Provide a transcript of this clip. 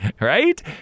Right